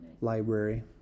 library